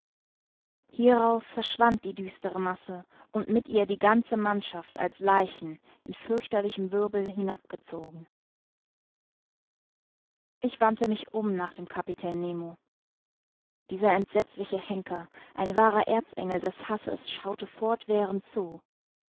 hierauf verschwand die düstere masse und mit ihr die ganze mannschaft als leichen in fürchterlichem wirbel hinabgezogen ich wandte mich um nach dem kapitän nemo dieser entsetzliche henker ein wahrer erzengel des hasses schaute fortwährend zu